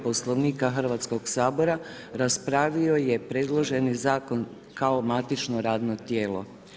Poslovnika Hrvatskog sabora raspravio je predloženi zakon kao matično radno tijelo.